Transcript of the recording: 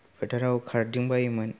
फोथाराव खारथिंबायोमोन